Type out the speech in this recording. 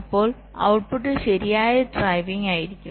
അപ്പോൾ ഔട്ട്പുട്ട് ശരിയായ ഡ്രൈവിംഗ് ആയിരിക്കും